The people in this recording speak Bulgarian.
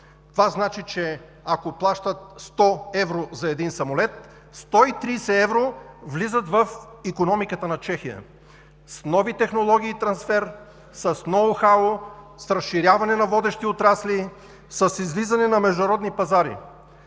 Това значи, че ако плащат 100 евро за един самолет, 130 евро влизат в икономиката на Чехия с нови технологии и трансфер, с ноу-хау, с разширяване на водещи отрасли, с излизане на международни пазари.